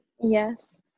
yes